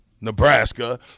Nebraska